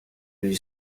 gli